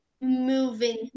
moving